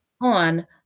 on